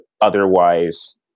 otherwise